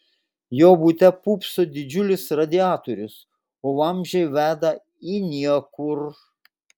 jo bute pūpso didžiulis radiatorius o vamzdžiai veda į niekur